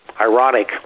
Ironic